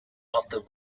after